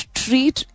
treat